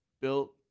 built